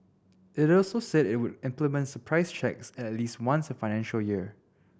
it also said it would implement surprise checks at least once a financial year